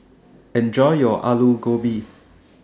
Enjoy your Alu Gobi